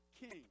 king